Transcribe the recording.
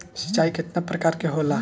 सिंचाई केतना प्रकार के होला?